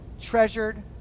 treasured